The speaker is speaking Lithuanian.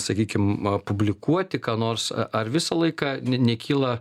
sakykim publikuoti ką nors ar visą laiką ne nekyla